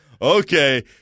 Okay